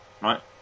right